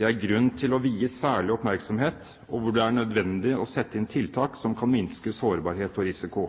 det er grunn til å vie særlig oppmerksomhet, og hvor det er nødvendig å sette inn tiltak som kan minske sårbarhet og risiko.